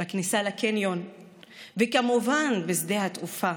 בכניסה לקניון וכמובן בשדה התעופה,